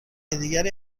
دیگری